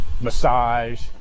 massage